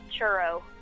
churro